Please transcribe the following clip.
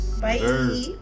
Bye